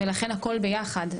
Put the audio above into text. ולכן הכול יחד.